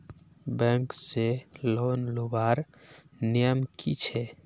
Bank से लोन लुबार नियम की छे?